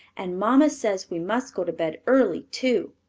and mamma says we must go to bed early, too.